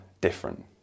different